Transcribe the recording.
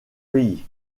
pays